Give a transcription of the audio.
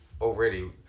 already